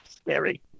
scary